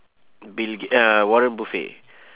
bill g~ uh warren buffett